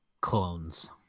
clones